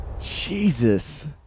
Jesus